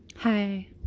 Hi